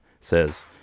says